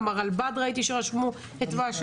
ראיתי שגם הרבל"ד רשמו את דבריך